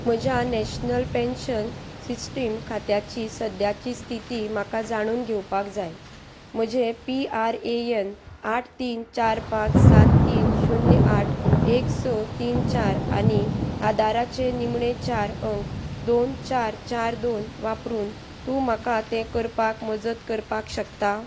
म्हज्या national pension system खात्याची सद्याची स्थिती म्हाका जाणून घेवपाक जाय म्हजें पी आर ए एन आठ तीन चार पांच सात तीन शुन्य आठ एक स तीन चार आनी आदाराचे निमणें चार अंक दोन चार चार दोन वापरून तूं म्हाका तें करपाक मजत करपाक शकता